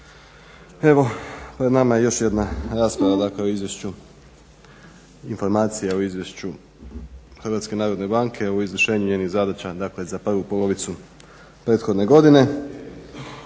Evo pred nama je još jedna rasprava dakle informacija o izvješću HNB-a o izvršenju njenih zadaća, dakle za prvu polovicu prethodne godine,